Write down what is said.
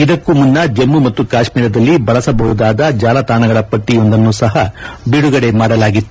ಇದಕ್ಕೂ ಮುನ್ನ ಜಮ್ಮು ಮತ್ತು ಕಾಶ್ಮೀರದಲ್ಲಿ ಬಳಸಬಹುದಾದ ಜಾಲತಾಣಗಳ ಪಟ್ಟಿಯೊಂದನ್ನು ಸಹ ಬಿಡುಗಡೆ ಮಾಡಲಾಗಿತ್ತು